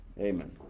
Amen